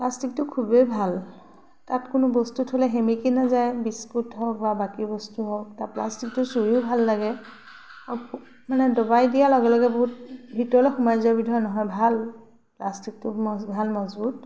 প্লাষ্টিকটো খুবেই ভাল তাত কোনো বস্তু থ'লে সেমেকি নাযায় বিস্কুট হওক বা বাকী বস্তু হওক তাত প্লাষ্টিকটো চুইও ভাল লাগে মানে দবাই দিয়াৰ লগে লগে বহুত ভিতৰলৈ সোমাই যোৱা বিধৰ নহয় ভাল প্লাষ্টিকটো ম ভাল মজবুত